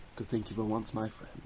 to think you were once my friend!